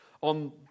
On